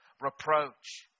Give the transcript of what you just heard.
reproach